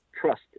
trust